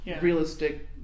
realistic